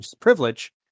Privilege